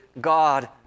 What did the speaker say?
God